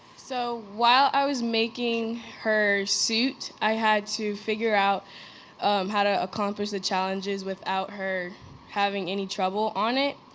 so, while i was making her suit, i had to figure out how to accomplish the challenges without her having any trouble on it.